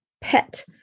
pet